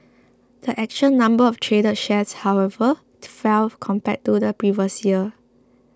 the actual number of traded shares however to fell compared to the previous year